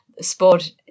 Sport